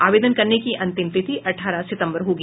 आवेदन करने की अंतिम तिथि अठारह सितम्बर होगी